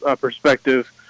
perspective